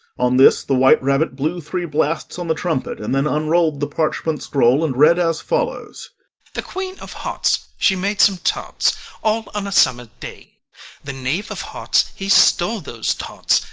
on this the white rabbit blew three blasts on the trumpet, and then unrolled the parchment scroll, and read as follows the queen of hearts, she made some tarts, all on a summer day the knave of hearts, he stole those tarts,